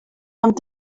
ond